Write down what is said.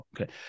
Okay